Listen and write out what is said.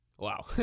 Wow